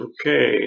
okay